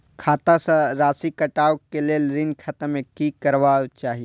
खाता स राशि कटवा कै लेल ऋण खाता में की करवा चाही?